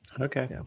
Okay